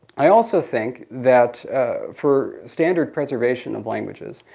i also think that for standard preservation of languages